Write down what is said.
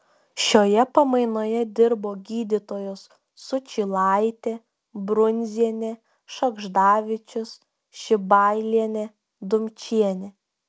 šioje pamainoje dirbo gydytojos sučylaitė brunzienė šagždavičius šibailienė dumčienė